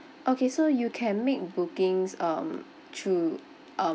okay so you can make bookings um through um